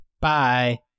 Bye